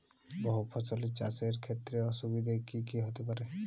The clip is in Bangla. বহু ফসলী চাষ এর ক্ষেত্রে অসুবিধে কী কী হতে পারে?